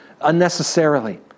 unnecessarily